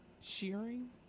shearing